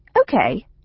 okay